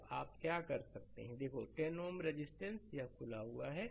तो आप क्या कर सकते हैं कि देखो10 Ω रेजिस्टेंस यह खुला है